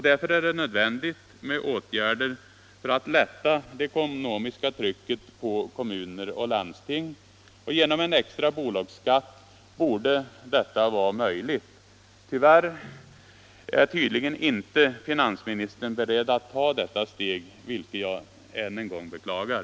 Därför är det nödvändigt med åtgärder för att lätta det ekonomiska trycket på kommuner och landsting. Genom en extra bolagsskatt borde detta vara möjligt. Tyvärr är tydligen inte finansministern beredd att ta detta steg, vilket jag än en gång beklagar.